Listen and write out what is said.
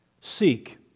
Seek